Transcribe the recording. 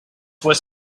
was